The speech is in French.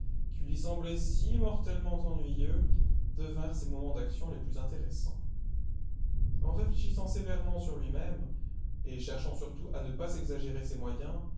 qui lui semblaient si mortellement ennuyeux devinrent ses moments d'action les plus intéressants en réfléchissant sévèrement sur lui-même et cherchant surtout à ne pas s'exagérer ses moyens